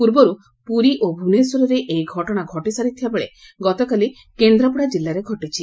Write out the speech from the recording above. ପୂର୍ବରୁ ପୁରୀ ଓ ଭୁବନେଶ୍ୱରରେ ଏହି ଘଟଶା ଘଟିସାରିଥିବା ବେଳେ ଗତକାଲି କେନ୍ଦ୍ରାପଡ଼ା ଜିଲ୍ଲାରେ ଘଟିଛି